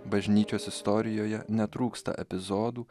bažnyčios istorijoje netrūksta epizodų